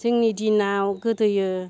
जोंनि दिनाव गोदोयो